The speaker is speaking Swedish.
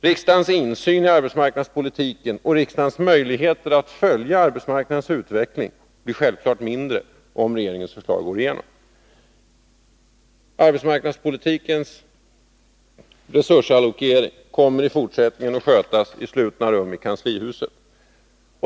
Riksdagens möjligheter till insyn i arbetsmarknadspolitiken och riksdagens möjligheter att följa utvecklingen på arbetsmarknaden blir självfallet mindre om regeringens förslag går igenom. Arbetsmarknadspolitikens resursallokering kommer i fortsättningen att skötas i slutna rum i kanslihuset.